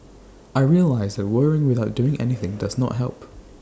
I realised that worrying without doing anything does not help